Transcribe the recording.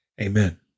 Amen